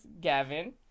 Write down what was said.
Gavin